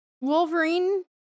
Wolverine